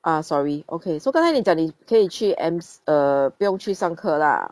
ah sorry okay so 刚才你讲你可以去 M_C uh 不用去上课 lah